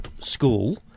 school